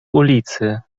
ulicy